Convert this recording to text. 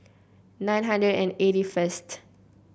nine hundred and eighty first